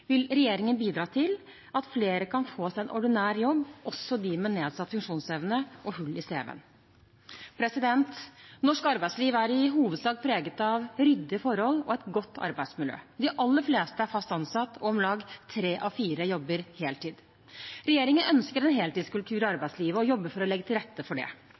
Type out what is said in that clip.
vil regjeringen bidra til at flere kan få seg en ordinær jobb, også de med nedsatt funksjonsevne og hull i cv-en. Norsk arbeidsliv er i hovedsak preget av ryddige forhold og et godt arbeidsmiljø. De aller fleste er fast ansatt, og om lag tre av fire jobber heltid. Regjeringen ønsker en heltidskultur i arbeidslivet og jobber for å legge til rette for det.